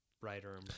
brighter